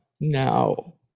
No